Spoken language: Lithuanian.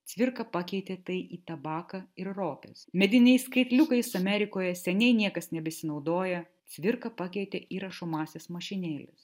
cvirka pakeitė tai į tabaką ir ropes mediniais skaitliukais amerikoje seniai niekas nebesinaudoja cvirka pakeitė į rašomąsias mašinėles